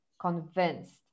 convinced